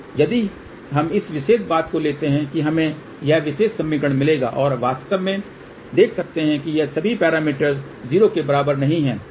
यदि हम इस विशेष बात को लेते हैं तो हमें यह विशेष समीकरण मिलेगा और आप वास्तव में देख सकते हैं कि ये सभी पैरामीटर 0 के बराबर नहीं हैं